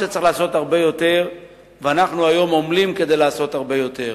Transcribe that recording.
צריך לעשות הרבה יותר ואנחנו היום עמלים כדי לעשות הרבה יותר.